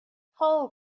hull